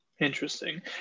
Interesting